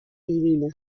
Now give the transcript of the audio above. divina